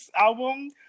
album